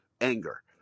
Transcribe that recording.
anger